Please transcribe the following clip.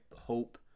hope